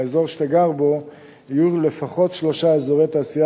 באזור שאתה גר בו יהיו לפחות שלושה אזורי תעשייה